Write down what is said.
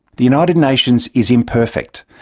the united nations is imperfect,